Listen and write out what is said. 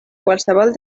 qualsevol